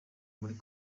muri